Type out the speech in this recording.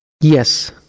Yes